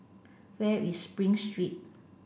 where is Spring Street